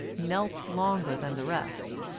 knelt longer than the rest,